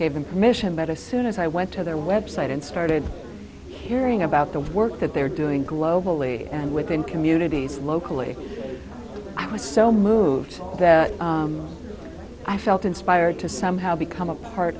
them permission but assoon as i went to their website and started hearing about the work that they're doing globally and within communities locally i was so moved that i felt inspired to somehow become a part